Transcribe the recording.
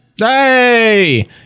Hey